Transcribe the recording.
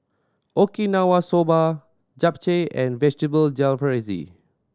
Okinawa Soba Japchae and Vegetable Jalfrezi